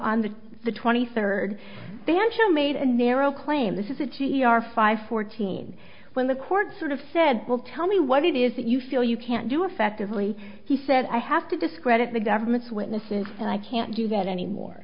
the the twenty third banjo made a narrow claim this is a t e r five fourteen when the court sort of said well tell me what it is that you feel you can't do effectively he said i have to discredit the government's witnesses and i can't do that anymore